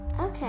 Okay